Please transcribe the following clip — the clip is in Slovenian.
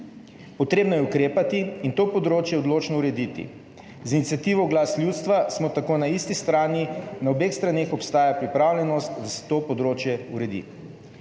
Treba je ukrepati in to področje odločno urediti. Z iniciativo Glas ljudstva smo tako na isti strani, na obeh straneh obstaja pripravljenost, da se to področje uredi.